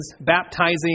baptizing